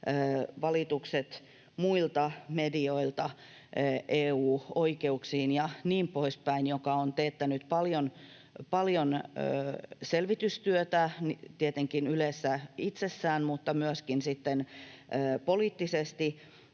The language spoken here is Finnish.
valitukset muilta medioilta EU-oikeuksiin ja niin poispäin, joka on teettänyt paljon selvitystyötä tietenkin Ylessä itsessään mutta myöskin sitten poliittisesti.